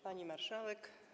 Pani Marszałek!